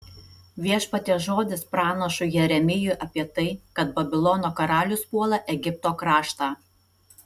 viešpaties žodis pranašui jeremijui apie tai kad babilono karalius puola egipto kraštą